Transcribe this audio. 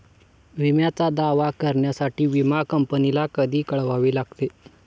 विम्याचा दावा करण्यासाठी विमा कंपनीला कधी कळवावे लागते?